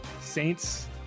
Saints